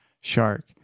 shark